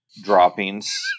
droppings